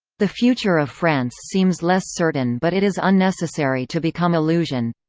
the future of france seems less certain but it is unnecessary to become illusioned.